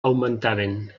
augmentaven